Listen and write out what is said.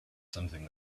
something